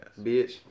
Bitch